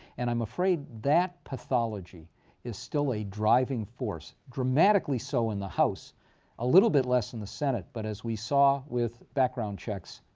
and i'm afraid that pathology is still a driving force, dramatically so in the house a little bit less in the senate. but as we saw with background checks,